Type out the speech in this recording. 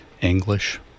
english